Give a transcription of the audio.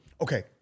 Okay